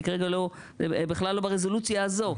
בכלל לא ברזולוציה הזאת.